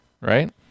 right